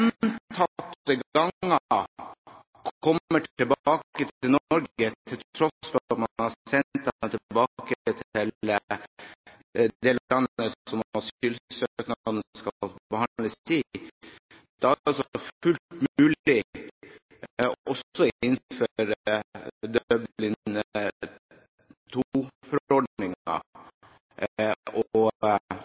kommer tilbake til Norge, til tross for at man har sendt dem tilbake til det landet der asylsøknaden skal behandles. Det er altså fullt mulig, også innenfor